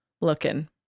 looking